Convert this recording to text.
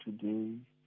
today